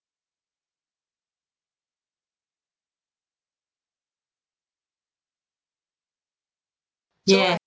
ya